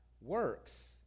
works